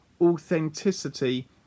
authenticity